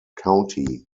county